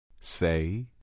say